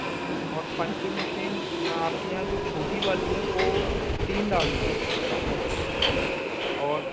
और punching machine आपके यहाँ जो छोटी वाली हैं वो तीन डाल दीजिए और